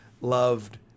loved